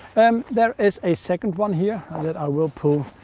um there is a second one here that i will pull,